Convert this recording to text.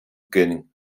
könnten